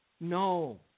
no